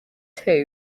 two